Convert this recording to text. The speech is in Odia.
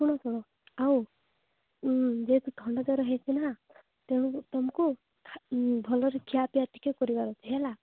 ଶୁଣ ଶୁଣ ଆଉଯେହେତୁ ଥଣ୍ଡା ଜର ହୋଇଛି ନା ତେଣୁ ତୁମକୁ ଭଲରେ ଖିଆ ପିଆ ଟିକେ କରିବାର ଅଛି ହେଲା